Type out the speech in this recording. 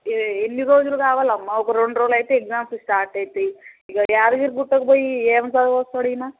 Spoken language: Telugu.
ఇది ఎన్ని రోజులు కావాలమ్మ ఒక రెండు రోజులు అయితే ఎగ్జామ్స్ స్టార్ట్ అవుతాయి ఇక యాదగిరిగుట్టకు పోయి ఏం చదవి వస్తాడు ఈయన